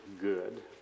good